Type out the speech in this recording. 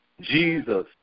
Jesus